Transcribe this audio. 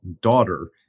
daughter